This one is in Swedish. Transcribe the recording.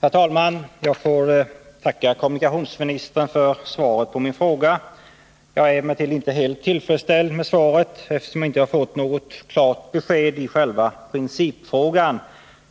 Herr talman! Jag får tacka kommunikationsministern för svaret på min fråga. Jag är emellertid inte helt tillfredsställd med detta, eftersom jag inte har fått något klart besked i själva principfrågan